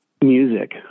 music